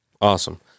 Awesome